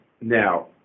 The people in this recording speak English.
Now